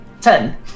Ten